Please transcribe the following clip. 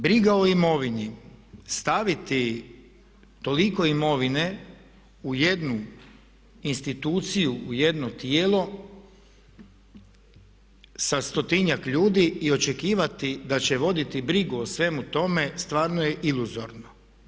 Briga o imovini, staviti toliko imovine u jednu instituciju, u jedno tijelo sa 100-njak ljudi i očekivati da će voditi brigu o svemu tome stvarno je iluzorno.